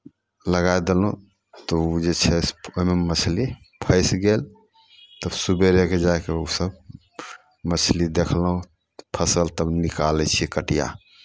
लगाय देलहुँ तऽ ओ जे छै तऽ ओहिमे मछली फँसि गेल तऽ सवेरेकेँ जाय कऽ ओसभ मछली देखलहुँ तऽ फसल तब निकालै छी कटिआ